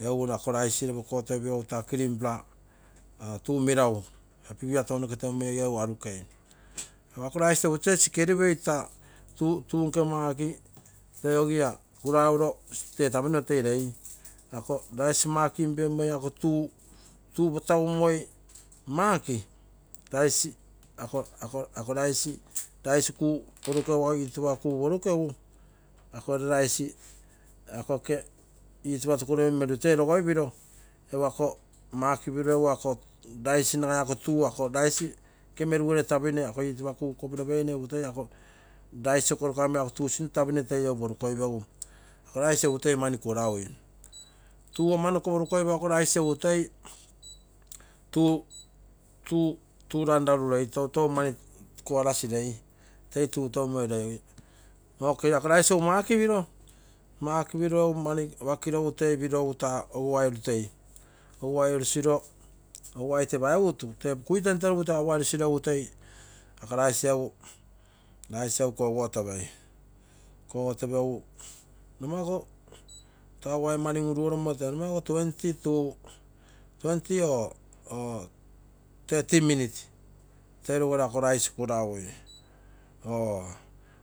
Egu ako rice roto kotoi pegu taa clear para aa tuu melagu, egu pipia tounoke teu moi ee arukei egu ako rice egu toi skell pee taa tuu nke maki toi ogii ia kuraugo tee tapino toi lei, ako rice makim pemmoi ako tuu, tuu paa tagu moi maki rice, ako rice, rice kuu porukegu itupa kuporukegu ako gere rice ak oke itupa tukoro topiro meru toi logoipiro egu ako makipiro egu ako rice nagai ako tuu ako rice nke meru tapine ako itupa kopiro peine egu toi ako rice korokaramige toi ako tuu simoto tapine toi egu porukoipegu rice egu toi mani kuraui. Tuu ama noko porukoipegu ako rice egu toi ruu, tuu lanlaru tei toutou mani kuarasi lei. Toi tuu teumoi lei, ok ako rice egu maki piro, maki piro egu mani apakiro egu toi piro egu taa oguai orutei. Oguai orusiro, oguai tepaigu ei otu, tee kui temterugu taa oguai orusiro egu toi ako rice, rice egu koguo topei, koguo tope gu nomaku taa oguai mani un-urugoromo taa nomaku twenty, two, twenty or twenty mins toi loguro ako rice kuragui or